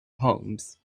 homes